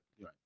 right